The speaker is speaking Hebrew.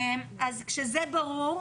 אז כשזה ברור,